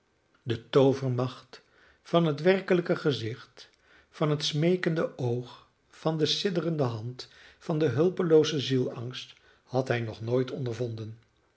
de toovermacht van het werkelijke gezicht van het smeekende oog van de sidderende hand van den hulpeloozen zielsangst had hij nog nooit ondervonden